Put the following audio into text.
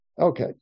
Okay